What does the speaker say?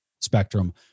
spectrum